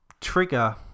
trigger